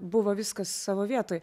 buvo viskas savo vietoj